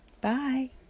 bye